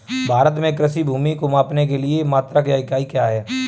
भारत में कृषि भूमि को मापने के लिए मात्रक या इकाई क्या है?